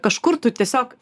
kažkur tu tiesiog